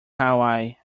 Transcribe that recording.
hawaii